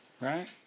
right